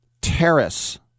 terrace